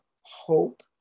hope